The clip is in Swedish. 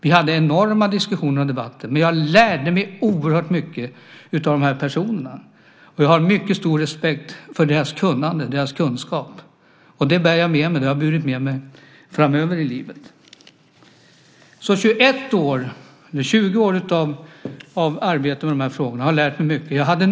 Vi hade enorma diskussioner och debatter, men jag lärde mig oerhört mycket av de här personerna och har mycket stor respekt för deras kunskap. Det har jag burit med mig framöver i livet. 20 år av arbete med de här frågorna har lärt mig mycket.